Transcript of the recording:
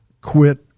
quit